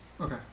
Okay